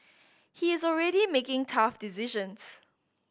he is already making tough decisions